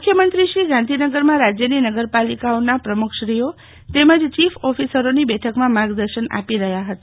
મુખ્યમંત્રી શ્રી ગાંધીનગરમાં રાજ્યની નગરપાલીકાઓના પ્રમુખશ્રીઓ તેમજ ચીફ ઓફિસરોની બેઠકમાં માર્ગદર્શન આપી રહ્યા હતા